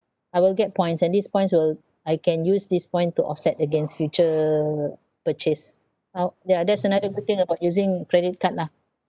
I will get points and these points will I can use these point to offset against future purchase ou~ ya that's another good thing about using credit card lah